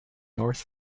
north